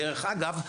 דרך אגב,